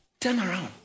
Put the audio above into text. turnaround